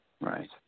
Right